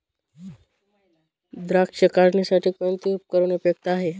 द्राक्ष काढणीसाठी कोणते उपकरण उपयुक्त आहे?